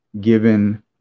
given